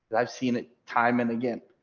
i've seen it time and again,